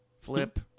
Flip